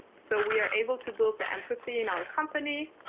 so we are able to build the empathy in our company,